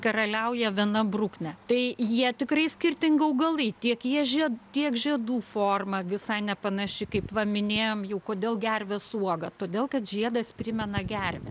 karaliauja viena bruknė tai jie tikrai skirtingų augalai tiek jie žiedai tiek žiedų forma visai nepanaši kaip va minėjom jau kodėl gervės uoga todėl kad žiedas primena gervę